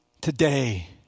today